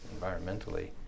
environmentally